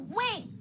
wait